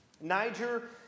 Niger